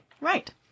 Right